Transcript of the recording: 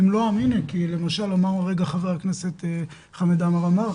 והם לא -- -כי למשל אמר הרגע ח"כ חמד עמאר,